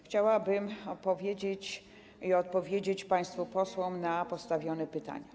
Chciałabym opowiedzieć i odpowiedzieć państwu posłom na postawione pytania.